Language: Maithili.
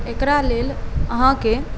एकरा लेल अहाँके